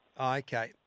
Okay